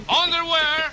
underwear